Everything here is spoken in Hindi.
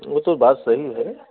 वह तो बात सही है